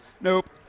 Nope